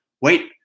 wait